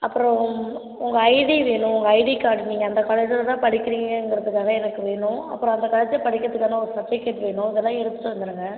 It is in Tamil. அப்புறோம் உங் உங்கள் ஐடி வேணும் உங்கள் ஐடி கார்ட் நீங்கள் அந்த காலேஜில்தான் படிக்கிறீங்கங்கிறதுக்காக எனக்கு வேணும் அப்புறோம் அந்த காலேஜில் படிக்கிறதுக்கான ஒரு சர்ட்டிஃபிக்கேட் வேணும் இதெல்லாம் எடுத்துகிட்டு வந்துடுங்க